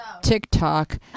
TikTok